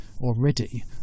already